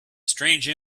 strange